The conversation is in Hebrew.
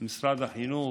משרד החינוך,